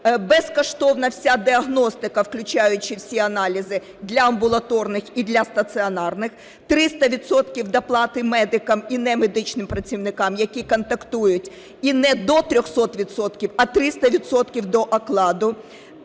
безкоштовна вся діагностика, включаючи всі аналізи, для амбулаторних і для стаціонарних, 300 відсотків доплати медикам і не медичним працівникам, які контактують, і не до 300 відсотків,